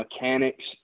mechanics